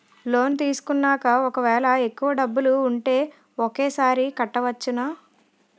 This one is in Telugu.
లోన్ తీసుకున్నాక ఒకవేళ ఎక్కువ డబ్బులు ఉంటే ఒకేసారి కట్టవచ్చున?